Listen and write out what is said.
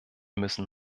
müssen